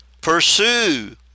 Pursue